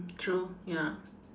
true ya